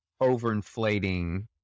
overinflating